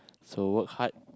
so work hard